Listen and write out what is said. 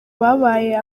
babaye